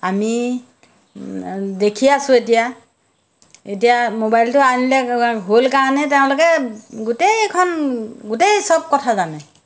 আমি দেখি আছোঁ এতিয়া এতিয়া মোবাইলটো আনিলে হ'ল কাৰণেহে তেওঁলোকে গোটেইখন গোটেই সব কথা জানে